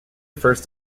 first